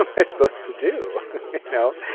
um i supposed to do now